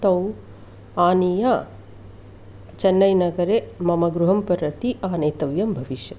तौ आनीय चेन्नैनगरे मम गृहं प्रति आनेतव्यं भविष्यति